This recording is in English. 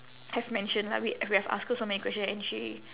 have mentioned lah we we have asked her so many question and she